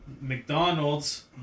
mcdonald's